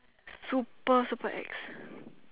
super super ex